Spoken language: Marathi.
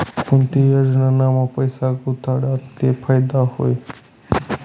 कोणती योजनामा पैसा गुताडात ते फायदा व्हई?